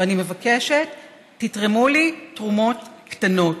ואני מבקשת: תתרמו לי תרומות קטנות,